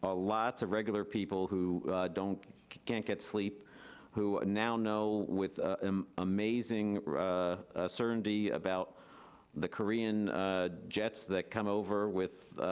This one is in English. ah lots of regular people who don't, can't get sleep who now know with ah um amazing certainty about the korean jets that come over with